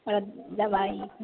आओर दबाइके